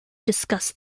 discussed